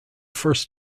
first